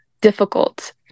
difficult